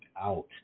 out